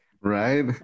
Right